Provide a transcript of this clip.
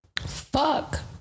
Fuck